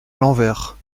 l’envers